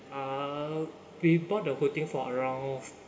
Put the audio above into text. uh we bought the whole thing for around